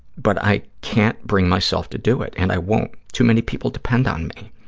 but i can't bring myself to do it, and i won't. too many people depend on me.